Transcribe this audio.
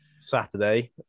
Saturday